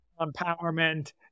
empowerment